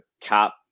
cap